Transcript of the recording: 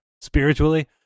spiritually